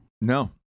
No